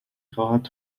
خواد